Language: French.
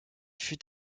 fut